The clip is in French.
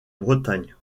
bretagne